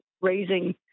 raising